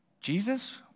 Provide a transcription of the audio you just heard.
Jesus